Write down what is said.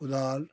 कुदाल